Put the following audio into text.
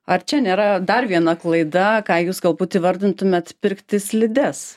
ar čia nėra dar viena klaida ką jūs galbūt įvardintumėt pirkti slides